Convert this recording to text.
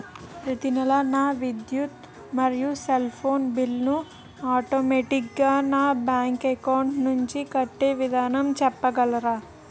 ప్రతి నెల నా విద్యుత్ మరియు సెల్ ఫోన్ బిల్లు ను ఆటోమేటిక్ గా నా బ్యాంక్ అకౌంట్ నుంచి కట్టే విధానం చెప్పగలరా?